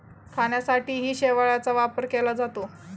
खाण्यासाठीही शेवाळाचा वापर केला जातो